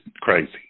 crazy